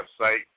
website